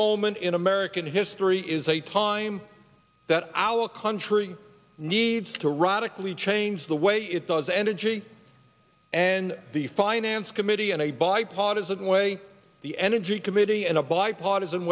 moment in american history is a time that our country needs to radically change the way it does energy and the finance committee and a bipartisan way the energy committee and a bipartisan